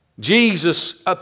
Jesus